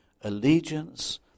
allegiance